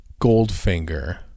Goldfinger